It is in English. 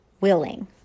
willing